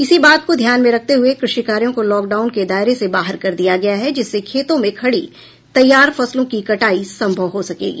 इसी बात को ध्यान में रखते हुए कृषि कार्यों को लॉकडाउन के दायरे से बाहर कर दिया गया है जिससे खेतों में खड़ी तैयार फसलों की कटाई संभव हो सकेगी